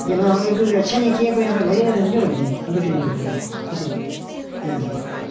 जब हम कोई अच्छे नहीं किया कोई हम क्या बोट दें हम कुछ नहीं बोट देंगे किसे नैन